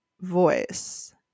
voice